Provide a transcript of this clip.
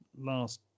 last